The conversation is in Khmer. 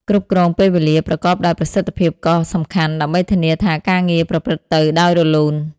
គ្រប់គ្រងពេលវេលាប្រកបដោយប្រសិទ្ធភាពក៏សំខាន់ ដើម្បីធានាថាការងារប្រព្រឹត្តទៅដោយរលូន។